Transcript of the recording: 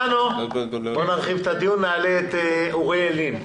נעלה את אוריאל לין,